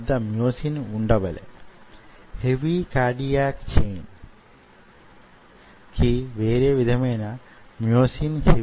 మీరు ఈ విధంగా ఎచ్చింగ్ చేస్తూపోతే ఫలితం కొంచెం ఈ విధంగా వుంటుంది